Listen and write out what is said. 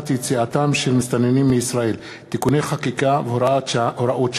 יציאתם של מסתננים מישראל (תיקוני חקיקה והוראות שעה),